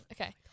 Okay